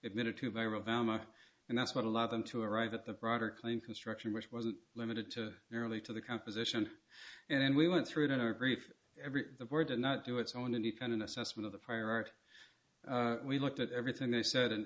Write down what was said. rivera and that's what allow them to arrive at the broader claim construction which was limited to nearly to the composition and then we went through it in our brief every the word did not do its own independent assessment of the prior art we looked at everything they said and